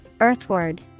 Earthward